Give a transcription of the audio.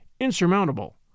insurmountable